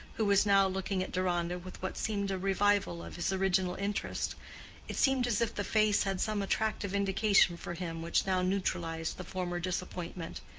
who was now looking at deronda with what seemed a revival of his original interest it seemed as if the face had some attractive indication for him which now neutralized the former disappointment.